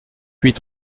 huit